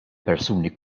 persuni